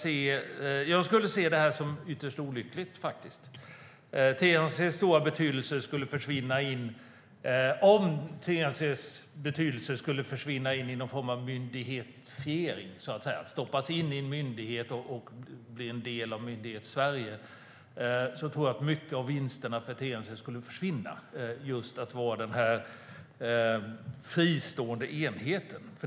Jag skulle se det som ytterst olyckligt. TNC:s stora betydelse skulle förtvina om TNC skulle försvinna in i någon form av myndighetifiering, så att säga, Om TNC skulle stoppas in i en myndighet och bli en del av Myndighetssverige tror jag att vinsterna för TNC som fristående enhet skulle försvinna.